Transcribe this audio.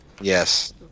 Yes